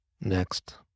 Next